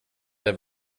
det